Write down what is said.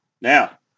Now